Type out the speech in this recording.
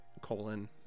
colon